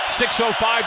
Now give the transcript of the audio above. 6.05